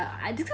I do not